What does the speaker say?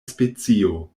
specio